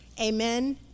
Amen